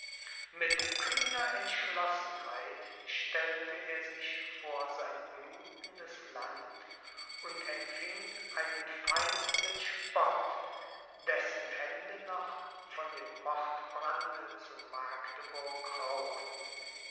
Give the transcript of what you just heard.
mit kühner entschlossenheit stellte er sich vor sein blutendes land und empfing einen feind mit spott dessen hände noch von dem mordbrande zu magdeburg rauchten